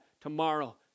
tomorrow